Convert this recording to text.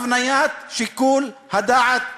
הבניית שיקול הדעת.